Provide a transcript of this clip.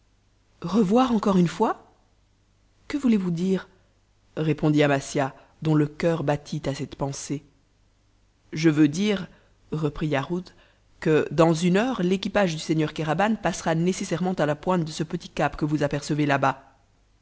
revoir encore une fois que voulez-vous dire répondit amasia dont le coeur battit à cette pensée je veux dire reprit yarhud que dans une heure l'équipage du seigneur kéraban passera nécessairement à la pointe de ce petit cap que vous apercevez là-bas